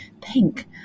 pink